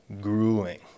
grueling